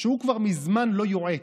שהוא כבר מזמן לא יועץ.